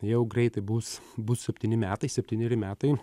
jau greitai bus bus septyni metai septyneri metai